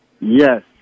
Yes